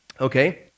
Okay